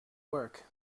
work